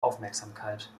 aufmerksamkeit